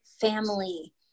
family